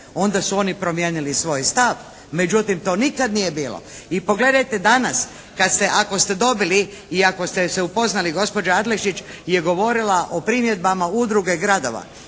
onda su oni promijenili svoj stav. Međutim, to nikad nije bilo. I pogledajte danas kad ste, ako ste dobili i ako ste se upoznali gospođa Adlešić je govorila o primjedbama Udruge gradova.